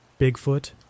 Bigfoot